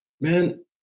man